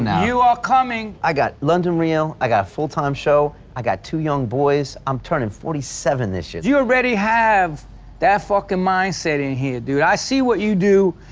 and you are coming. i got london real, i got a full time show, i got two young boys, i'm turning forty seven this year. you already have that fucking mindset in here dude. i see what you do,